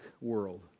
world